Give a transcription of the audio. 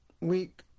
Week